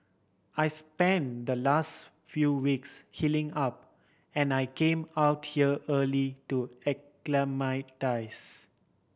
I spent the last few weeks healing up and I came out here early to acclimatise